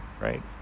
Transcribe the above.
Right